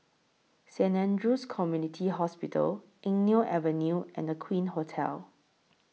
Saint Andrew's Community Hospital Eng Neo Avenue and Aqueen Hotel